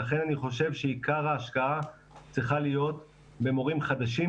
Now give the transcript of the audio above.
לכן אני חושב שעיקר ההשקעה צריכה להיות במורים חדשים,